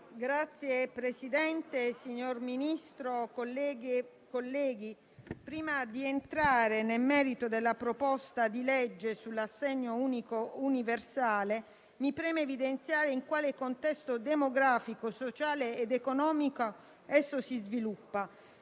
Signor Presidente, signor Ministro, colleghe e colleghi, prima di entrare nel merito del disegno di legge sull'assegno unico e universale, mi preme evidenziare in quale contesto demografico, sociale ed economico si sviluppa.